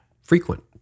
frequent